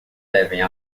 devem